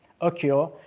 occur